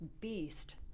beast